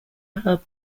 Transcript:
hub